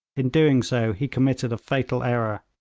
in doing so he committed a fatal error,